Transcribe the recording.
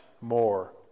more